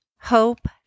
hope